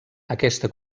aquesta